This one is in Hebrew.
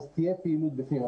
תהיה פעילות בפנים.